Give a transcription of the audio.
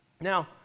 Now